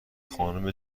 خانم